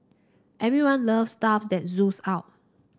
everyone loves stuff that oozes out